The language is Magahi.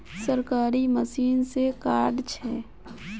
सरकारी मशीन से कार्ड छै?